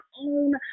own